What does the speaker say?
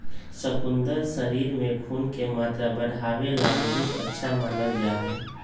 शकुन्दर शरीर में खून के मात्रा बढ़ावे ला बहुत अच्छा मानल जाहई